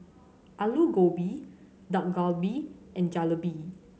Alu Gobi Dak Galbi and Jalebi